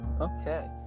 okay